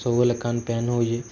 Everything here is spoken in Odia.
ସବୁବେଲେ କାନ ପେନ୍ ହଉଛି